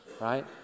right